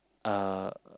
uh